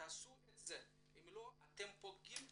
שתעשו את זה, אם לא אתם פוגעים בקהילה.